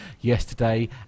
yesterday